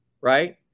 right